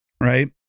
right